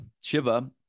shiva